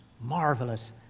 marvelous